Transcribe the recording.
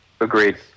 Agreed